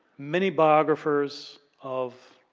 many biographers of